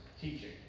teaching